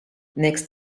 next